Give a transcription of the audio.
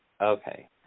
Okay